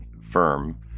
firm